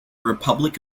republic